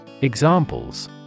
Examples